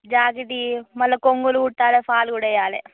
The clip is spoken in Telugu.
జాకెట్వి మళ్ళా కొంగులు కుట్టాలి ఫాల్ కూడా వెయ్యాలి